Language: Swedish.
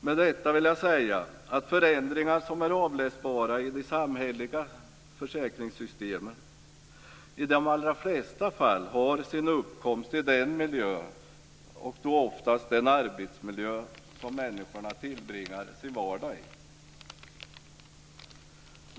Med detta vill jag säga att förändringar som är avläsbara i de samhälleliga försäkringssystemen i de allra flesta fall har sin uppkomst i den miljö - oftast den arbetsmiljö - där människorna tillbringar sin vardag.